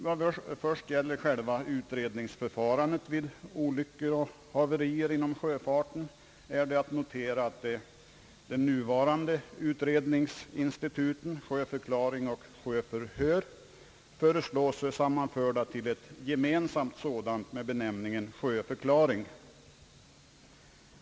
Vad först gäller själva utredningsförfarandet vid olyckor och haverier inom sjöfarten är att märka att utredningsinstituten, sjöförklaring och sjöförhör, föreslås sammanförda till ett gemensamt sådant med benämningen sjöförklaring.